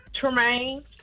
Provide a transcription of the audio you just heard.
Tremaine